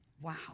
Wow